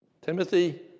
Timothy